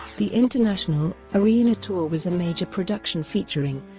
the international, arena tour was a major production featuring,